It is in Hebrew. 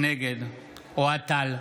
נגד אוהד טל,